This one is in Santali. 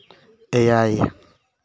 ᱮᱭᱟᱭ